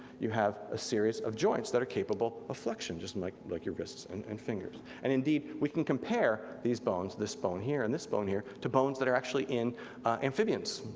you have a series of joints that are capable of flexion, just like like your wrists and and fingers. and indeed, we can compare these bones, this bone here and this bone here, to bones that are actually in amphibians,